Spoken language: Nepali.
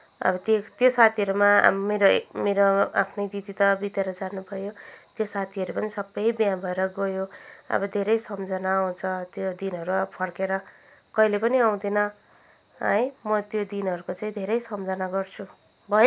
अब त्यो त्यो साथीहरूमा मेरो मेरो आफ्नै दिदी त बितेर जानुभयो त्यो साथीहरू पनि सबै बिहे भएर गयो अब धेरै सम्झना आउँछ त्यो दिनहरू अब फर्केर कहिल्यै पनि आउँदैन है म त्यो दिनहरूको चाहिँ धेरै सम्झना गर्छु भयो